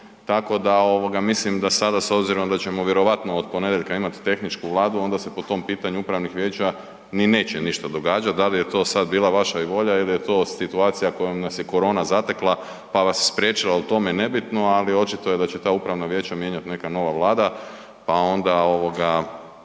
tako da mislim da sada s obzirom da ćemo vjerovatno od ponedjeljka imat tehničku Vladu, onda se po tom pitanju upravnih vijeća, ni neće ništa događat, dal je to sada bila vaša i volja ili je to situacija kojom nas je korona zatekla pa vas spriječila u tome, nebitno, ali očito je da će ta upravna vijeća mijenjat neka nova Vlada pa onda